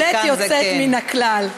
היא בהחלט יוצאת מן הכלל.